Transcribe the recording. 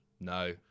no